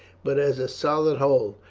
but as a solid whole.